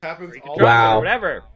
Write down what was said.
Wow